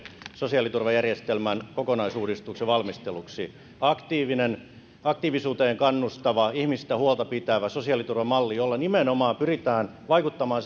sosiaaliturvajärjestelmän kokonaisuudistuksen valmisteluksi aktiivisuuteen aktiivisuuteen kannustava ihmisistä huolta pitävä sosiaaliturvamalli jolla nimenomaan pyritään vaikuttamaan